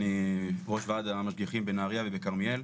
אני ראש ועד המשגיחים בנהריה ובכרמיאל.